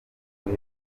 kuri